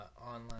online